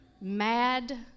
mad